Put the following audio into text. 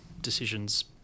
decisions